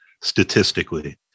statistically